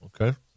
Okay